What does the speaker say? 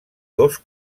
dos